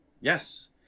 Yes